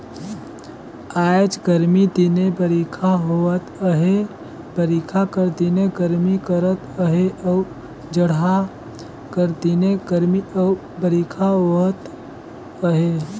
आएज गरमी दिने बरिखा होवत अहे बरिखा कर दिने गरमी करत अहे अउ जड़हा कर दिने गरमी अउ बरिखा होवत अहे